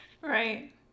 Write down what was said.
Right